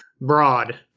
broad